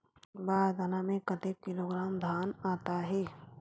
बार दाना में कतेक किलोग्राम धान आता हे?